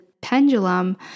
pendulum